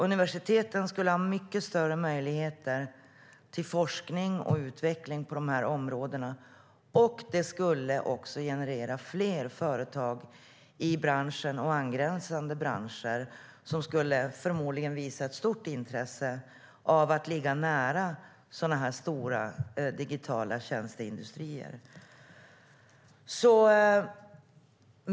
Universiteten skulle få mycket större möjligheter till forskning och utveckling på de här områdena. Det skulle också generera fler företag i branschen och i angränsande branscher, som förmodligen skulle ha stort intresse av att ligga nära stora digitala tjänsteindustrier.